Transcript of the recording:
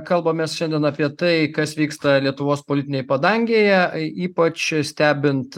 kalbamės šiandien apie tai kas vyksta lietuvos politinėj padangėje y ypač stebint